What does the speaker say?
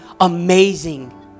amazing